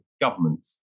governments